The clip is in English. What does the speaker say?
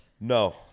No